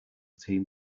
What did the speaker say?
team